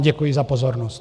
Děkuji vám za pozornost.